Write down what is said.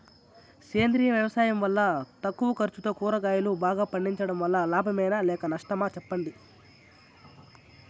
సేంద్రియ వ్యవసాయం వల్ల తక్కువ ఖర్చుతో కూరగాయలు బాగా పండించడం వల్ల లాభమేనా లేక నష్టమా సెప్పండి